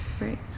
Right